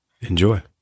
Enjoy